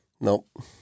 Nope